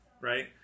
right